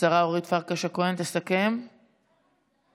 השרה אורית פרקש הכהן תסכם, כן?